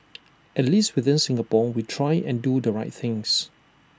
at least within Singapore we try and do the right things